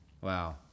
Wow